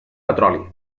petroli